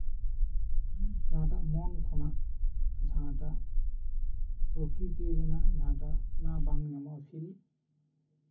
ᱡᱟᱸᱦᱟᱴᱟᱜ ᱢᱚᱱ ᱠᱷᱚᱱᱟᱜ ᱡᱟᱸᱴᱟᱜ ᱯᱨᱚᱠᱤᱛᱤ ᱨᱮᱱᱟᱜ ᱚᱱᱟ ᱵᱟᱝ ᱧᱟᱢᱚᱜᱼᱟ ᱯᱷᱤᱞ